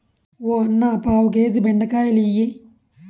ఓ అన్నా, పావు కేజీ బెండకాయలియ్యి